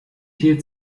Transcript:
hielt